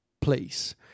place